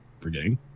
forgetting